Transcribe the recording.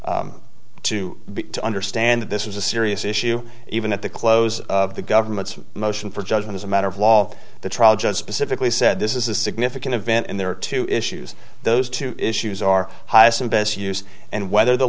option to understand that this was a serious issue even at the close of the government's motion for judgment as a matter of law the trial judge specifically said this is a significant event and there are two issues those two issues are highest and best use and whether the